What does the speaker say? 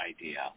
idea